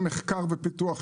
במחקר ופיתוח,